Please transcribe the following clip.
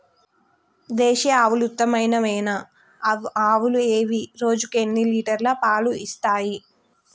దేశీయ ఆవుల ఉత్తమమైన ఆవులు ఏవి? రోజుకు ఎన్ని లీటర్ల పాలు ఇస్తాయి?